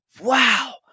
wow